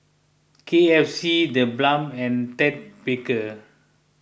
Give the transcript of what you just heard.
K F C the Balm and Ted Baker